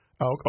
Okay